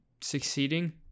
succeeding